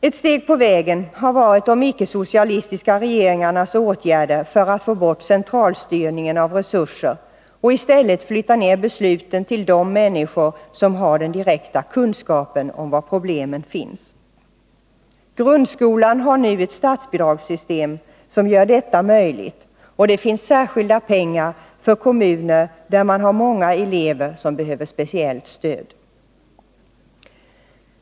Ett steg på vägen har varit de icke-socialistiska regeringarnas åtgärder för att få bort centralstyrningen av resurser och i stället flytta ned besluten till de människor som har den direkta kunskapen om var problemen finns. Grundskolan har nu ett statsbidragssystem som gör detta möjligt, och det finns särskilda pengar för kommuner där man har många elever som behöver speciellt stöd.